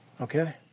okay